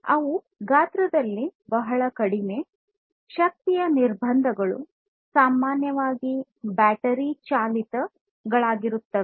ಅವು ಗಾತ್ರದಲ್ಲಿ ಬಹಳ ಕಡಿಮೆ ಶಕ್ತಿಯ ನಿರ್ಬಂಧಗಳು ಸಾಮಾನ್ಯವಾಗಿ ಬ್ಯಾಟರಿ ಚಾಲಿತಗಳಾಗಿರುತ್ತವೆ